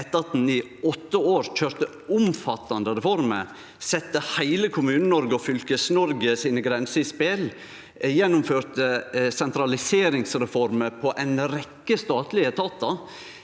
at ein i åtte år køyrde omfattande reformer, sette heile Kommune-Noreg og Fylkes-Noreg sine grenser i spel, og gjennomførte sentraliseringsreformer i ei rekkje statlege etatar.